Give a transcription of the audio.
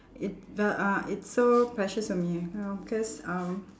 it uh uh it's so precious to me you know cause um